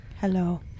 Hello